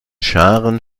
scharen